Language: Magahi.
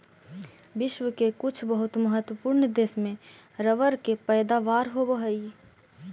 विश्व के कुछ बहुत महत्त्वपूर्ण देश में रबर के पैदावार होवऽ हइ